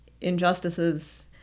injustices